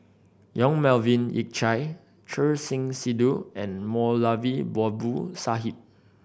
Yong Melvin Yik Chye Choor Singh Sidhu and Moulavi Babu Sahib